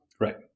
Right